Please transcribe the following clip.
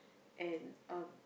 and uh